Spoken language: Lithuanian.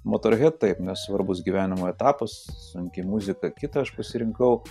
motorhed taip nes svarbus gyvenimo etapas sunki muzika kitą aš pasirinkau